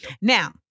Now